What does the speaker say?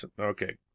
Okay